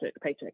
paycheck